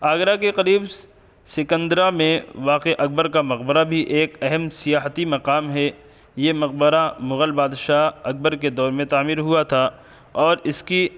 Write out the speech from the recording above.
آگرہ کے قریب سکندرا میں واقع اکبر کا مقبرہ بھی ایک اہم سیاحتی مقام ہے یہ مقبرہ مغل بادشاہ اکبر کے دور میں تعمیر ہوا تھا اور اس کی